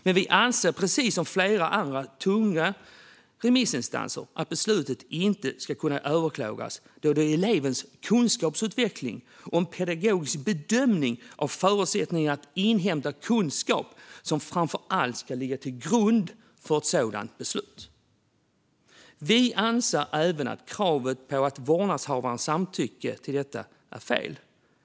Men vi anser precis som flera tunga remissinstanser att beslutet inte ska kunna överklagas, då det framför allt är elevens kunskapsutveckling och en pedagogisk bedömning av förutsättningarna att inhämta kunskap som ska ligga till grund för ett sådant beslut. Vi anser även att kravet på vårdnadshavarnas samtycke är fel.